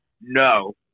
No